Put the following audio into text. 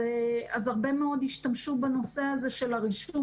אז הרבה מאוד השתמשו בנושא הזה של הרישום